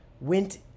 went